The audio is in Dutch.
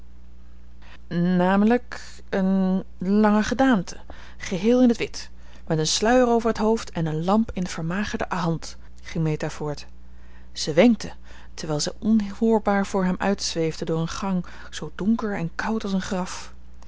een lange gedaante geheel in het wit met een sluier over het hoofd en een lamp in de vermagerde hand ging meta voort ze wenkte terwijl zij onhoorbaar voor hem uitzweefde door een gang zoo donker en koud als een graf